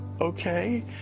okay